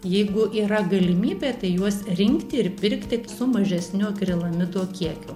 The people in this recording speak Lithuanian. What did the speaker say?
jeigu yra galimybė tai juos rinkti ir pirkti su mažesniu akrilamido kiekiu